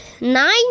nine